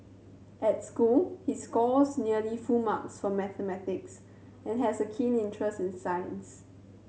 at school he scores nearly full marks for mathematics and has a keen interest in science